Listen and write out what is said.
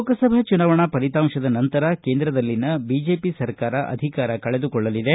ಲೋಕಸಭಾ ಚುನಾವಣಾ ಫಲಿತಾಂತದ ನಂತರ ಕೇಂದ್ರದಲ್ಲಿನ ಬಿಜೆಪಿ ನೈತೃತ್ವದ ಸರ್ಕಾರ ಅಧಿಕಾರ ಕಳೆದುಕೊಳ್ಳಲಿದೆ